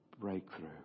breakthrough